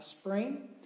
spring